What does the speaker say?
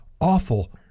awful